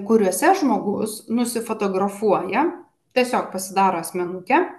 kuriuose žmogus nusifotografuoja tiesiog pasidaro asmenukę